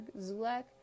Zulek